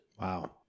Wow